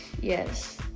Yes